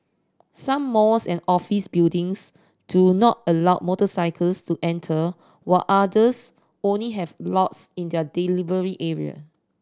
some malls and office buildings do not allow motorcycles to enter while others only have lots in their delivery area